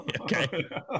Okay